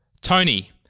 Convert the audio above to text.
Tony